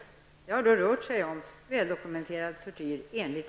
Det har då rört sig om väldokumenterad tortyr enligt